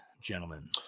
gentlemen